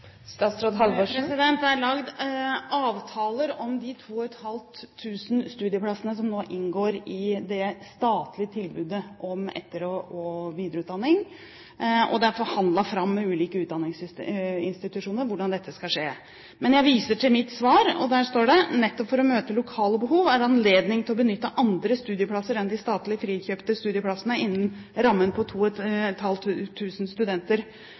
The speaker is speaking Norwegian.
Det er laget avtaler om de 2 500 studieplassene som nå inngår i det statlige tilbudet om etter- og videreutdanning, og det er forhandlet fram i de ulike utdanningsinstitusjonene hvordan dette skal skje. Men jeg viser til mitt svar, og der står det: «Nettopp for å møte lokale behov er det anledning til å benytte andre studieplasser enn de statlig frikjøpte studieplassene innenfor rammen på